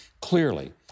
Clearly